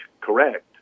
correct